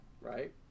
Right